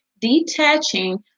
Detaching